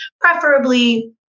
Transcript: preferably